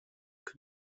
que